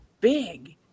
big